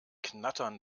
knattern